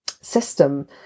system